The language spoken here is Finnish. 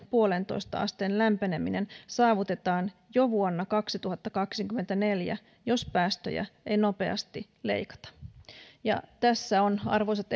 puolentoista asteen lämpeneminen saavutetaan jo vuonna kaksituhattakaksikymmentäneljä jos päästöjä ei nopeasti leikata tässä on arvoisat